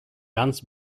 ganz